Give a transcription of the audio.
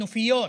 כנופיות,